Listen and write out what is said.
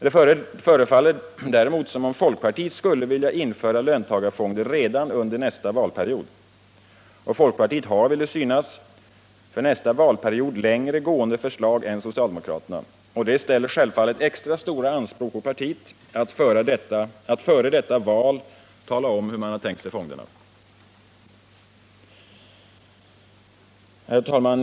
Det förefaller däremot som om folkpartiet skulle vilja införa löntagarfonder redan under nästa valperiod. Folkpartiet har, vill det synas, för nästa valperiod längre gående förslag än socialdemokraterna. Det ställer självfallet extra stora anspråk på partiet att före detta val tala om hur man har tänkt sig fonderna. Herr talman!